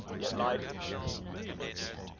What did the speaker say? yet life seemed sinking.